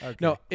No